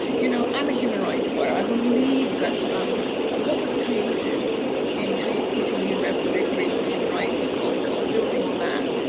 you know i am a human rights lawyer, i believe that um that what was created in creating the universal declaration of human rights, of of building on that,